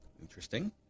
Interesting